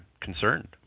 concerned